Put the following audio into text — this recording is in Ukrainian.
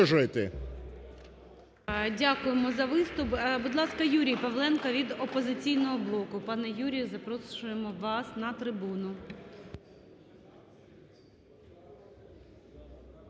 Дякуємо за виступ. Будь ласка, Юрій Павленко від "Опозиційного блоку". Пане Юрію, запрошуємо вас на трибуну.